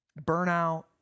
burnout